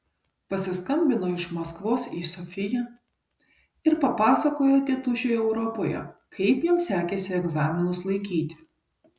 pasiskambino iš maskvos į sofiją ir papasakojo tėtušiui europoje kaip jam sekėsi egzaminus laikyti